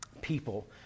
people